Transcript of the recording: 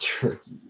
turkey